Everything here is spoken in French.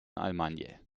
allemagne